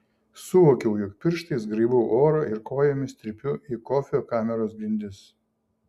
suvokiau jog pirštais graibau orą ir kojomis trypiu į kofio kameros grindis